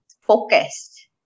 focused